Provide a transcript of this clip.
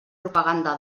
propaganda